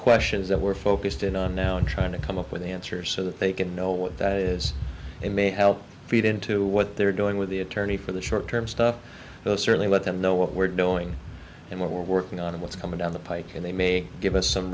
questions that we're focused in on now in trying to come up with an answer so that they can know what that is and may help feed into what they're doing with the attorney for the short term stuff they'll certainly let them know what we're doing and what we're working on of what's coming down the pike and they may give us some